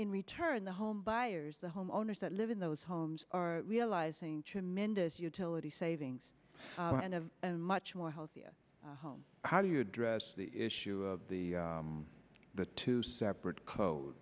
in return the home buyers the homeowners that live in those homes are realizing tremendous utility savings and of much more healthier home how do you address the issue of the the two separate code